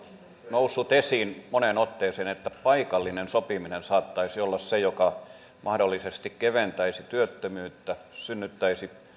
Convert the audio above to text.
noussut esiin moneen otteeseen että paikallinen sopiminen saattaisi olla se joka mahdollisesti keventäisi työttömyyttä synnyttäisi